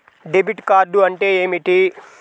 Debit card అంటే ఏమిటి?